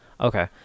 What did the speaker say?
Okay